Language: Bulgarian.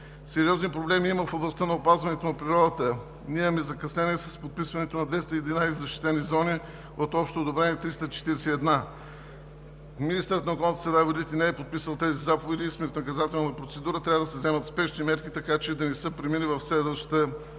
Сериозни проблеми има в областта на опазването на природата. Ние имаме закъснение с подписването на 211 защитени зони от общо одобрени 341. Министърът на околната среда и водите не е подписал тези заповеди и сме в наказателна процедура. Трябва да се вземат спешни мерки, така че от страна на Европейската комисия